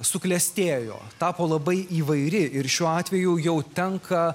suklestėjo tapo labai įvairi ir šiuo atveju jau tenka